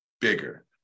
bigger